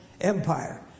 Empire